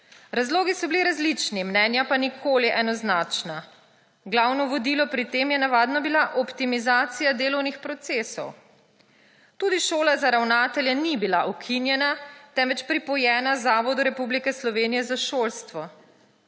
Razlogi so bili različni, mnenja pa nikoli enoznačna. Glavno vodilo pri tem je navadno bila optimizacija delovnih procesov. Tudi Šola za ravnatelje ni bila ukinjena, temveč pripojena Zavodu Republike Slovenije za šolstvo.